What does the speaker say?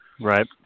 Right